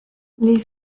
les